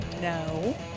No